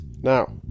Now